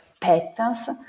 patterns